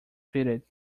treated